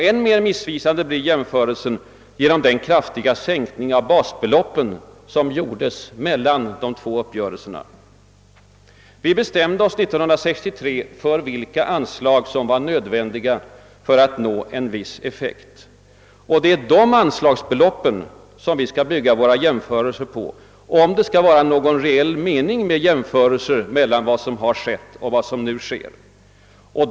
Än mer missvisande blir jämförelsen genom den kraftiga sänkning av basbelop pen som gjordes mellan de två uppgö relserna. Vi bestämde 1963 vilka anslag som "var nödvändiga för att nå en viss effekt, och det är på de anslagsbeloppen som vi skall bygga våra jämförelser, om det skall vara någon reell mening med jämförelser mellan vad som har skett och vad som nu sker.